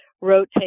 rotate